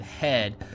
head